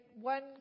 one